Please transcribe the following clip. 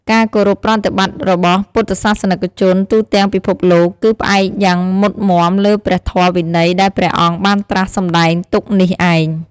ការគោរពប្រតិបត្តិរបស់ពុទ្ធសាសនិកជនទូទាំងពិភពលោក គឺផ្អែកយ៉ាងមុតមាំលើព្រះធម៌វិន័យដែលព្រះអង្គបានត្រាស់សម្ដែងទុកនេះឯង។